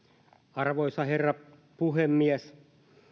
arvoisa herra puhemies